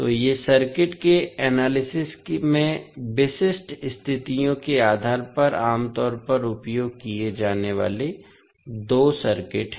तो ये सर्किट के एनालिसिस में विशिष्ट स्थितियों के आधार पर आमतौर पर उपयोग किए जाने वाले दो सर्किट हैं